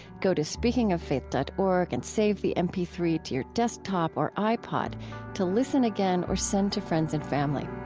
go to speakingoffaith dot org and save the m p three to your desktop or ipod to listen again or to send to friends and family